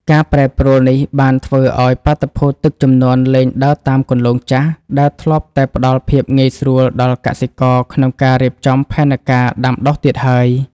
ការប្រែប្រួលនេះបានធ្វើឱ្យបាតុភូតទឹកជំនន់លែងដើរតាមគន្លងចាស់ ដែលធ្លាប់តែផ្ដល់ភាពងាយស្រួលដល់កសិករក្នុងការរៀបចំផែនការដាំដុះទៀតហើយ។